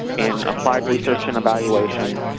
in applied research and evaluation,